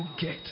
get